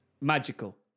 magical